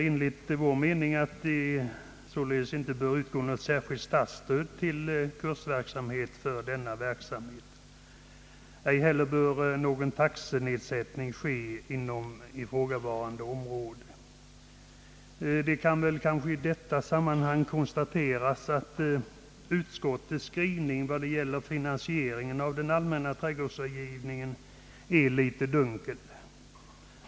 Enligt vår mening bör därför inte något särskilt statsstöd utgå till kursverksamhet för sådan rådgivning. Inte heller bör någon taxenedsättning ske inom detta område. Man kan väl i detta sammanhang konstatera, att utskottets skrivning när det gäller finansieringen av den allmänna trädgårdsrådgivningen är en aning dunkel.